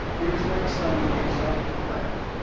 it is like some exotic plant,